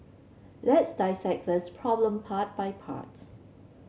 let's dissect this problem part by part